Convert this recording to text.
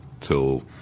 till